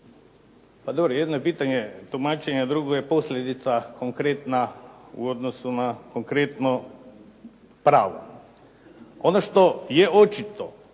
Pa dobro, jedno je pitanje tumačenja, drugo je posljedica konkretna u odnosu na konkretno pravo. Ono što je očito